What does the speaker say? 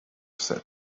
said